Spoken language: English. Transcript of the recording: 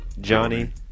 Johnny